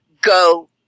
go